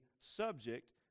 subject